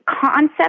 concept